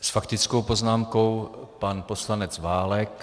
S faktickou poznámkou pan poslanec Válek.